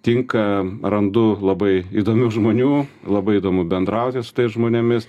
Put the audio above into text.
tinka randu labai įdomių žmonių labai įdomu bendrauti su tais žmonėmis